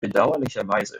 bedauerlicherweise